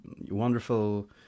wonderful